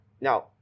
now